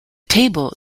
table